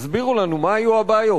תסבירו לנו מה היו הבעיות.